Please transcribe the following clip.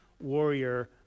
warrior